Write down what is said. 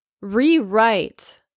rewrite